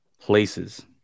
places